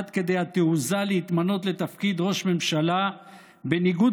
עד כדי התעוזה להתמנות לתפקיד ראש ממשלה בניגוד